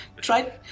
Try